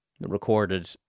recorded